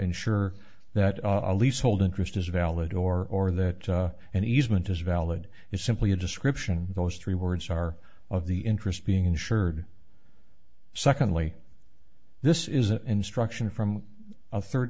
ensure that our lease hold interest is valid or that an easement is valid is simply a description those three words are of the interest being insured secondly this is an instruction from a third